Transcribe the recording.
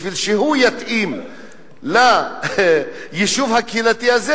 בשביל שהוא יתאים ליישוב הקהילתי הזה,